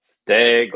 stay